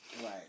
Right